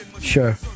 Sure